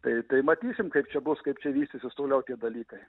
tai tai matysim kaip čia bus kaip čia vystysis toliau tie dalykai